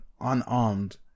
unarmed